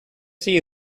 see